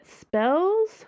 spells